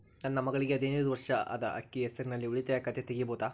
ನನ್ನ ಮಗಳಿಗೆ ಹದಿನೈದು ವರ್ಷ ಅದ ಅಕ್ಕಿ ಹೆಸರಲ್ಲೇ ಉಳಿತಾಯ ಖಾತೆ ತೆಗೆಯಬಹುದಾ?